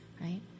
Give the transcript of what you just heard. right